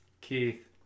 Keith